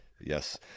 Yes